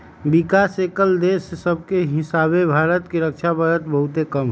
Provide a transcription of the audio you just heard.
विकास कएल देश सभके हीसाबे भारत के रक्षा बजट बहुते कम हइ